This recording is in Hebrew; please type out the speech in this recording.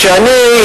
כשאני,